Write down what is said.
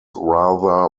rather